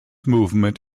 movement